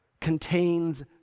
contains